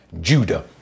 Judah